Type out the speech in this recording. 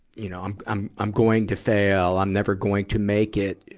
you know, i'm, i'm, i'm going to fail, i'm never going to make it,